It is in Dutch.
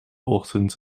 ochtend